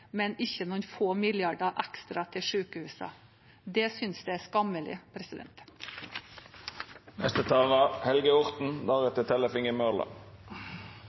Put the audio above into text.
men ikke til noen få milliarder ekstra til sykehusene. Det synes jeg er skammelig.